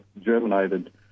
germinated